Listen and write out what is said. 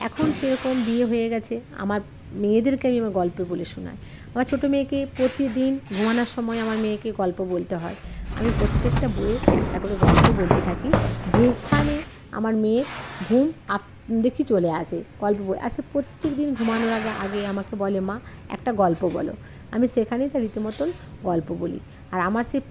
এখন সেরকম বিয়ে হয়ে গেছে আমার মেয়েদেরকে আমি আমার গল্প বলে শোনাই আমার ছোটো মেয়েকে প্রতিদিন ঘুমানোর সময় আমার মেয়েকে গল্প বলতে হয় আমি প্রত্যেকটা বইয়ের একটা করে গল্প বলতে থাকি যেখানে আমার মেয়ের ঘুম আপ দেখি চলে আসে গল্প বইয়ে আসে প্রত্যেক দিন ঘুমানোর আগে আগেই আমাকে বলে মা একটা গল্প বলো আমি সেখানেই তো রীতিমতো গল্প বলি আর আমার সে